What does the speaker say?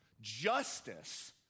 Justice